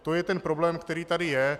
To je ten problém, který tady je.